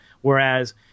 whereas